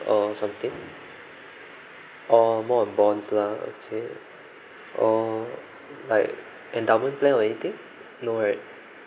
or something oh more bonds lah okay oh like endowment plan or anything no right